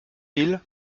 îles